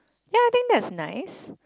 ya I think that's nice